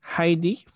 Heidi